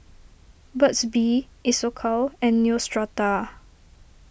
Burt's Bee Isocal and Neostrata